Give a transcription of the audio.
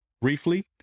briefly